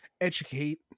educate